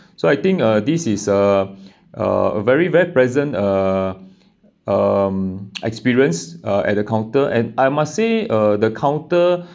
so I think uh this is a a very very pleasant uh um experience uh at the counter and I must say uh the counter